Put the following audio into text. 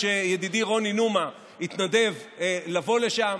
כשידידי רוני נומה התנדב לבוא לשם.